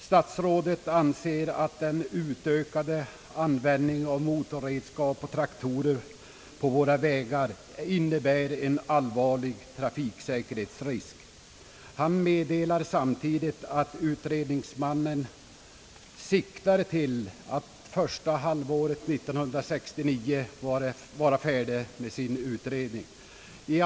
Statsrådet ansåg att den utökade användningen av motorredskap och traktorer på våra vägar innebär en allvarlig trafiksäkerhetsrisk. Statsrådet meddelade samtidigt, att utredningsmannen siktade på att under första halvåret 1969 vara färdig med sin utredning.